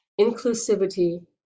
inclusivity